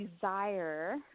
desire